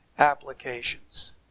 Applications